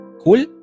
Cool